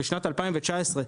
בשנת 2019,